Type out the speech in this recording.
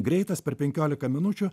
greitas per penkiolika minučių